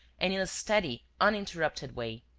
and in a steady, uninterrupted way.